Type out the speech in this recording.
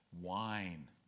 Wine